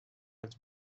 its